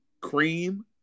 cream